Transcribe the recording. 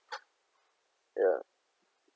ya